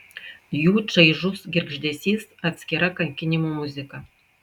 jų čaižus girgždesys atskira kankinimų muzika